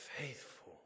faithful